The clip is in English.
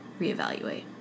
reevaluate